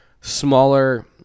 smaller